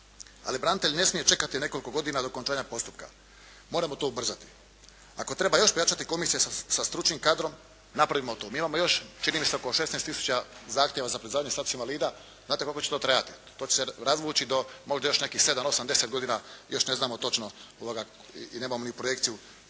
Ali branitelj ne smije čekati nekoliko godina do okončanja postupka. Moramo to ubrzati. Ako treba još pojačati komisije sa stručnim kadrom napravimo to. Mi imamo još, čini mi se, oko 16000 zahtjeva za priznavanje statusa invalida. Znate koliko će to trajati? To će se razvući do možda još nekih 7, 8, 10 godina, još ne znamo točno i nemamo ni projekciju